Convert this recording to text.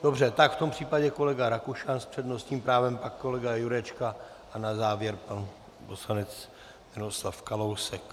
Dobře, tak v tom případě kolega Rakušan s přednostním právem, pak kolega Jurečka a na závěr pan poslanec Miroslav Kalousek.